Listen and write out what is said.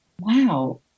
wow